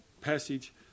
passage